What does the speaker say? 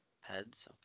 heads